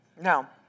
Now